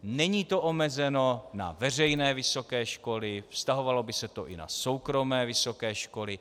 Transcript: Není to omezeno na veřejné vysoké školy, vztahovalo by se to i na soukromé vysoké školy.